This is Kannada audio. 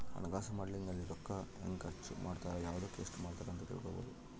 ಹಣಕಾಸು ಮಾಡೆಲಿಂಗ್ ಅಲ್ಲಿ ರೂಕ್ಕ ಹೆಂಗ ಖರ್ಚ ಮಾಡ್ತಾರ ಯವ್ದುಕ್ ಎಸ್ಟ ಮಾಡ್ತಾರ ಅಂತ ತಿಳ್ಕೊಬೊದು